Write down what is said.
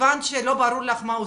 שהבנת שלא ברור לך מה עושים,